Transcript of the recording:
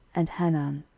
and hanan.